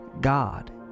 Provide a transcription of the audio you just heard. God